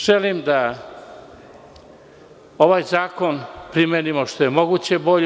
Želim da ovaj zakon primenimo što je moguće bolje.